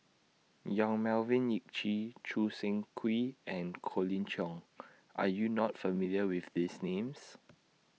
Yong Melvin Yik Chye Choo Seng Quee and Colin Cheong Are YOU not familiar with These Names